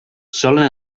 solen